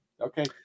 Okay